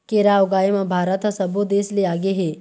केरा ऊगाए म भारत ह सब्बो देस ले आगे हे